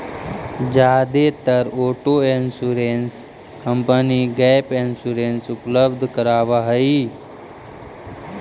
जादेतर auto insurance company gap insurance उपलब्ध करावऽ हई